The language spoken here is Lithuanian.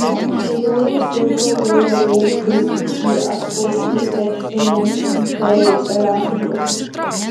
jonas jau galvojo vėl pilti į ąsočius degtinės bei rakijos